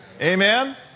Amen